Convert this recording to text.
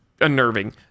unnerving